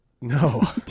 No